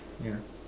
yeah